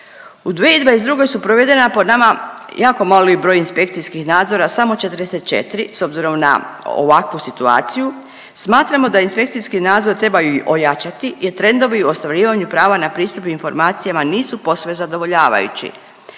U 2022. su provedena po nama jako mali broj inspekcijskih nadzora, samo 44. S obzirom na ovakvu situaciju smatramo da inspekcijski nadzor treba ojačati jer trendovi u ostvarivanju prava na pristup informacijama nisu posve zadovoljavajući,